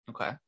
Okay